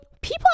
people